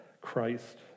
Christ